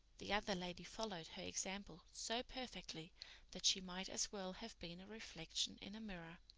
the other lady followed her example so perfectly that she might as well have been a reflection in a mirror.